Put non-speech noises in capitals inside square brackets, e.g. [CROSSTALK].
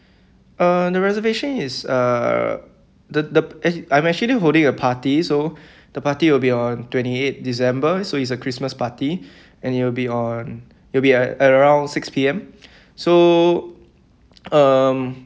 uh the reservation is err the the eh I'm actually holding a party so [BREATH] the party will be on twenty eight december so it's a christmas party [BREATH] and it will be on it will be at around six P_M [BREATH] so um